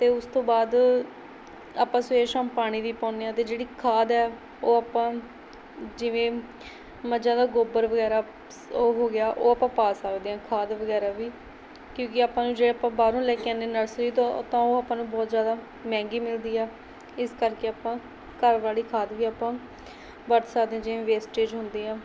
ਅਤੇ ਉਸ ਤੋਂ ਬਾਅਦ ਆਪਾਂ ਸਵੇਰ ਸ਼ਾਮ ਪਾਣੀ ਵੀ ਪਾਉਂਦੇ ਹਾਂ ਅਤੇ ਜਿਹੜੀ ਖਾਦ ਹੈ ਉਹ ਆਪਾਂ ਜਿਵੇਂ ਮੱਝਾਂ ਦਾ ਗੋਬਰ ਵਗੈਰਾ ਉਹ ਹੋ ਗਿਆ ਉਹ ਆਪਾਂ ਪਾ ਸਕਦੇ ਹਾਂ ਖਾਦ ਵਗੈਰਾ ਵੀ ਕਿਉਂਕਿ ਆਪਾਂ ਨੂੰ ਜੇ ਆਪਾਂ ਬਾਹਰੋਂ ਲੈ ਕੇ ਆਉਂਦੇ ਨਰਸਰੀ ਤੋਂ ਤਾਂ ਉਹ ਆਪਾਂ ਨੂੰ ਬਹੁਤ ਜ਼ਿਆਦਾ ਮਹਿੰਗੀ ਮਿਲਦੀ ਆ ਇਸ ਕਰਕੇ ਆਪਾਂ ਘਰ ਵਾਲ਼ੀ ਖਾਦ ਵੀ ਆਪਾਂ ਵਰਤ ਸਕਦੇ ਜਿਵੇਂ ਵੇਸਟਰੇਜ ਹੁੰਦੇ ਆ